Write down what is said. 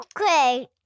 Okay